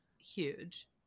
huge